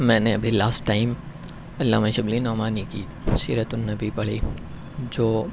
میں نے ابھی لاسٹ ٹائم علامہ شبلی نعمانی کی سیرت النبی پڑھی جو